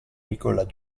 nicolas